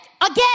Again